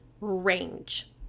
range